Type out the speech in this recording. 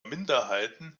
minderheiten